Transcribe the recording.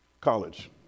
college